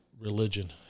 religion